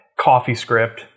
CoffeeScript